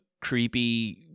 creepy